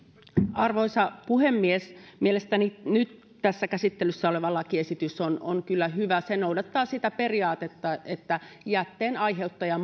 arvoisa puhemies mielestäni nyt käsittelyssä oleva lakiesitys on on kyllä hyvä se noudattaa sitä periaatetta että jätteen aiheuttaja